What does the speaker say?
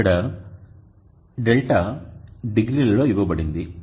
ఇక్కడ δ క్షీణత డిగ్రీలలో ఇవ్వబడింది